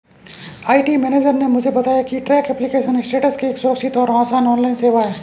IT manager ने मुझे बताया की ट्रैक एप्लीकेशन स्टेटस एक सुरक्षित और आसान ऑनलाइन सेवा है